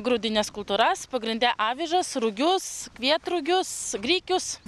grūdines kultūras pagrinde avižas rugius kvietrugius grikius